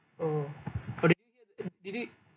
oh did you did you